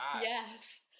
Yes